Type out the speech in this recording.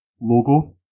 logo